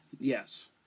Yes